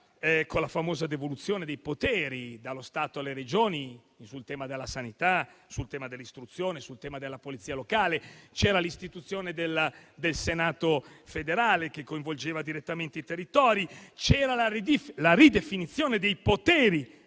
la famosa devoluzione dei poteri dallo Stato alle Regioni sui temi della sanità, dell'istruzione e della polizia locale; l'istituzione del Senato federale, che coinvolgeva direttamente i territori; la ridefinizione dei poteri